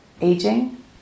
Aging